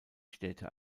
städte